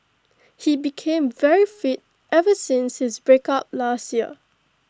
he became very fit ever since his breakup last year